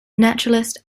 naturalist